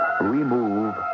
remove